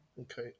Okay